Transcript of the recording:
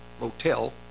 motel